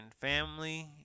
family